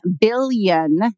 billion